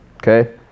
Okay